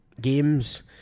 games